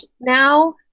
now